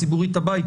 ברוך